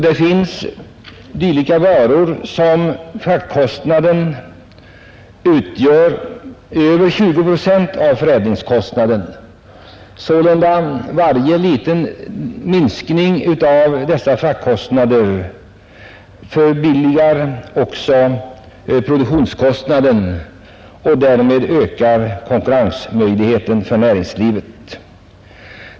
Det finns varor för vilka fraktkostnaden utgör över 20 procent av förädlingskostnaden. Varje liten minskning av dessa fraktkostnader förbilligar sålunda produktionen och ökar därmed konkurrensmöjligheten för näringslivet.